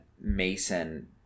Mason